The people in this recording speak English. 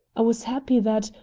i was happy that,